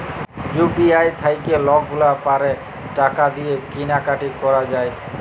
UPI থ্যাইকে লকগুলাল পারে টাকা দিঁয়ে কিলা কাটি ক্যরা যায়